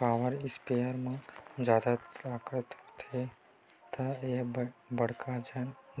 power sprayer म जादा ताकत होथे त ए ह बड़का